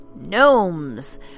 Gnomes